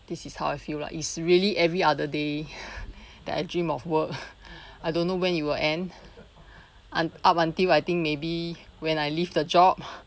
this is how I feel lah it's really every other day that I dream of work I don't know when it will end un~ up until I think maybe when I leave the job